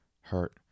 hurt